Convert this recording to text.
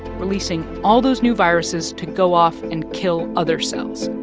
releasing all those new viruses to go off and kill other cells.